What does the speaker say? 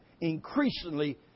increasingly